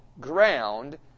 ground